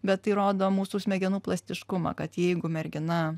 bet tai rodo mūsų smegenų plastiškumą kad jeigu mergina